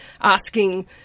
asking